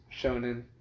shonen